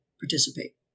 participate